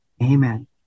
amen